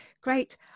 great